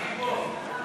מרגי פה.